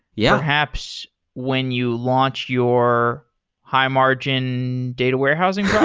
yeah perhaps when you launch your high-margin data warehousing